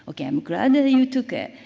okay, i'm glad that you took it.